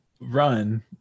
run